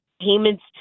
payments